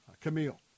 Camille